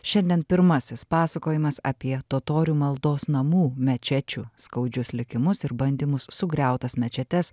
šiandien pirmasis pasakojimas apie totorių maldos namų mečečių skaudžius likimus ir bandymus sugriautas mečetes